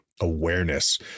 Awareness